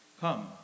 Come